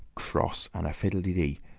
cross and a fiddle-de-dee.